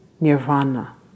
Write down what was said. Nirvana